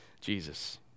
Jesus